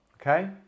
Okay